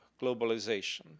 globalization